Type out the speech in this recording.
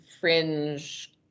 fringe